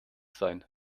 sein